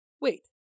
Wait